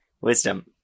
Wisdom